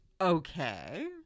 Okay